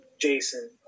Jason